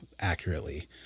accurately